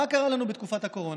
מה קרה לנו בתקופת הקורונה?